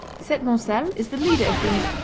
septmoncel is the leader of these,